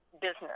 business